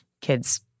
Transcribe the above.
kids